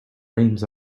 reins